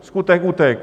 Skutek utek!